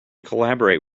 collaborate